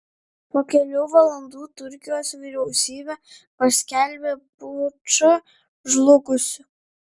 po kelių valandų turkijos vyriausybė paskelbė pučą žlugusiu